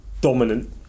dominant